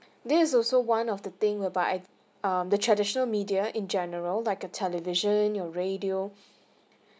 this is also one of the thing whereby I err the traditional media in general like a television your radio